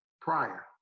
prior